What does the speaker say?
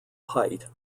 height